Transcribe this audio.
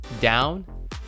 down